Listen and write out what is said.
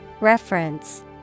Reference